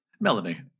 Melanie